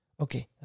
Okay